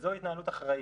וזו התנהלות אחראית.